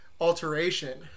alteration